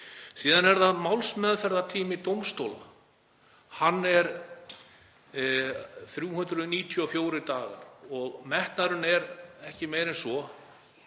Síðan er það málsmeðferðartími dómstólanna. Hann er 394 dagar og metnaðurinn er ekki meiri en svo